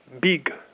big